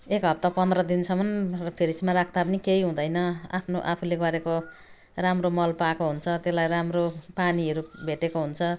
एक हप्ता पन्ध्र दिनसम्म फ्रिजमा राख्दा पनि केही हुँदैन आफ्नो आफूले गरेको राम्रो मल पाएको हुन्छ त्यसलाई राम्रो पानीहरू भेटेको हुन्छ